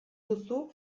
duzu